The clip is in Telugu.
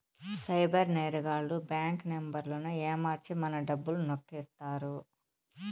సైబర్ నేరగాళ్లు బ్యాంక్ నెంబర్లను ఏమర్చి మన డబ్బులు నొక్కేత్తారు